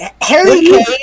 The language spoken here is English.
Harry